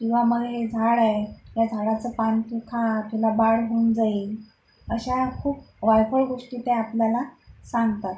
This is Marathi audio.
किंवा मं हे झाड आय या झाडाचं पान तू खा तुला बाळ होऊन जाईल अशा खूप वायफळ गोष्टी ते आपल्याला सांगतात